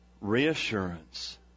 reassurance